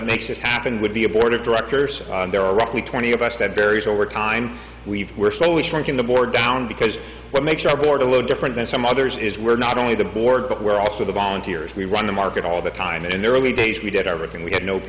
that makes this happen would be a board of directors there are roughly twenty of us that barry's over time we've we're slowly shrinking the more down because what makes our board a little different than some others is we're not only the board but we're also the volunteers we run the market all the time and in the early days we did everything we had no